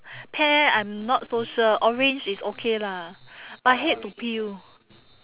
pear I'm not so sure orange is okay lah but hate to peel